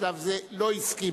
בשלב זה היא לא הסכימה,